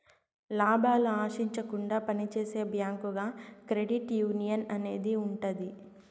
లాభాలు ఆశించకుండా పని చేసే బ్యాంకుగా క్రెడిట్ యునియన్ అనేది ఉంటది